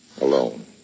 alone